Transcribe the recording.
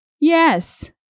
Yes